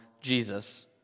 Jesus